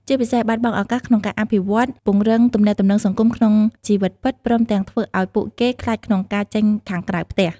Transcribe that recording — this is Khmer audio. ជាពិសេស បាត់បង់ឱកាសក្នុងការអភិវឌ្ឍ ពង្រឹងទំនាក់ទំនងសង្គមក្នុងជីវិតពិត ព្រមទាំងធ្វើឲ្យពួកគេខ្លាចក្នុងការចេញខាងក្រៅផ្ទះ។